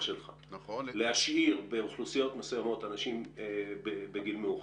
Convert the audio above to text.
שלך להשאיר באוכלוסיות מסוימות אנשים בגיל מאוחר.